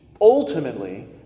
ultimately